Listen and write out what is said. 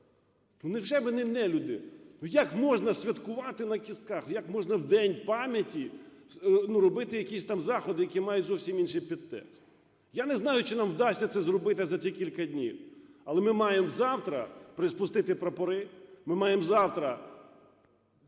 Ну невже ми нелюди? Ну як можна святкувати на кістках? Як можна в день пам'яті, ну, робити якісь там заходи, які мають зовсім інший підтекст? Я не знаю, чи нам вдасться це зробити за ці кілька днів, але ми маємо завтра приспустити прапори, ми маємо завтра